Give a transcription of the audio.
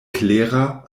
klera